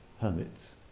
hermits